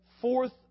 fourth